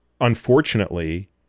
unfortunately